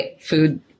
food